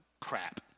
crap